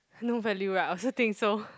no value right I also think so